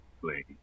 play